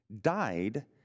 died